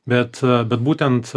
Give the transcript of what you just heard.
bet a bet būtent